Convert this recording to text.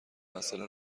مساله